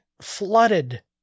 flooded